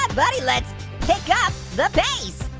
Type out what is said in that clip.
um buddy, let's pick up the pace.